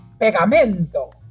pegamento